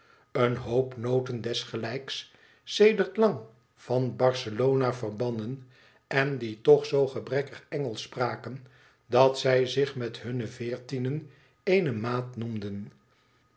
een hoop noten desgelijks sedert lang van barcelona verbannen en die toch zoo gebrekkig engelsch spraken dat zij zich met hun veertienen eene maat noemden